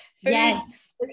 Yes